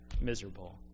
miserable